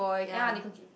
ya